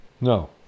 No